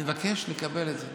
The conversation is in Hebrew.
אני מבקש לקבל את זה,